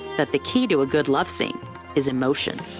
that the key to a good love scene is emotion.